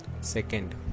second